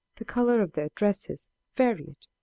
the color of their dresses varied,